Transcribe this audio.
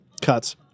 cuts